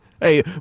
Hey